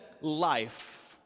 life